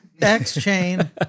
X-chain